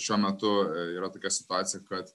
šiuo metu yra tokia situacija kad